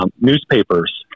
newspapers